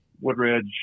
Woodridge